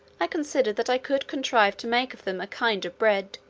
i considered that i could contrive to make of them a kind of bread,